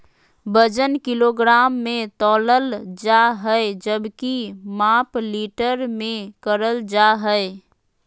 वजन किलोग्राम मे तौलल जा हय जबकि माप लीटर मे करल जा हय